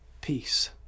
peace